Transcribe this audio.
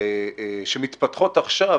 שמתפתחות עכשיו,